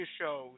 shows